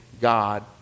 God